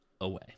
away